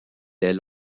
des